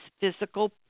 physical